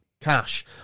cash